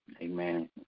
Amen